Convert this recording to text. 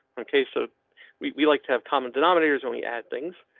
ok, so we like to have common denominators. only add things,